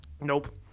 Nope